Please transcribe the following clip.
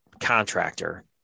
contractor